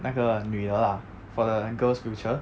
那个女的 lah for the girls future